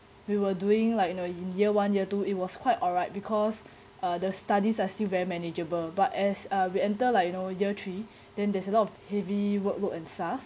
we were doing like you know in year one year two it was quite alright because uh the studies are still very manageable but as uh we enter like you know year three then there's a lot of heavy workload and stuff